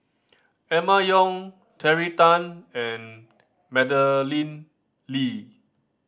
Emma Yong Terry Tan and Madeleine Lee